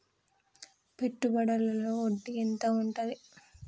పెట్టుబడుల లో వడ్డీ ఎంత ఉంటది?